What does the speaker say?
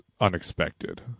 unexpected